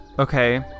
Okay